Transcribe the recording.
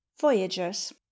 Voyagers